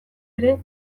ere